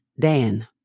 Dan